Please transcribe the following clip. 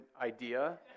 idea